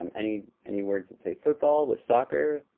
um any any words that say football with soccer.